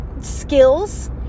skills